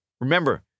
remember